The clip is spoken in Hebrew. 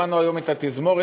שמענו היום את התזמורת,